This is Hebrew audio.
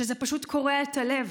שזה פשוט קורע את הלב,